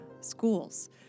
schools